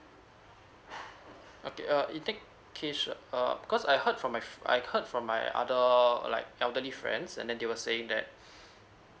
okay uh it take kay~ sure err because I heard from my f~ I heard from my other like elderly friends and then they were saying that